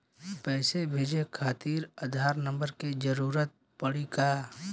पैसे भेजे खातिर आधार नंबर के जरूरत पड़ी का?